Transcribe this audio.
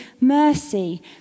mercy